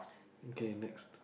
okay next